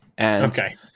Okay